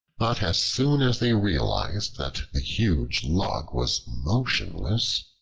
but as soon as they realized that the huge log was motionless,